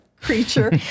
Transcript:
creature